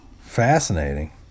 fascinating